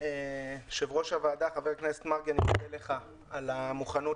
יו"ר הוועדה ח"כ מרגי אני מודה לך על המוכנות